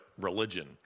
religion